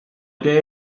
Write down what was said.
idea